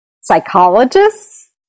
psychologists